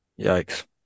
Yikes